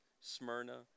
Smyrna